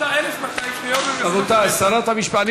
אתה, 1,200 שניות, שרת המשפטים נמצאת?